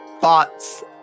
thoughts